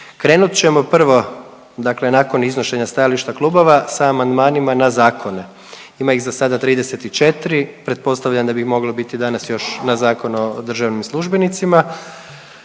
Krenut ćemo prvo, dakle nakon iznošenja stajališta klubova sa amandmanima na zakone. Ima ih za sada 34, pretpostavljam da bi ih moglo biti danas još na Zakon o državnim službenicima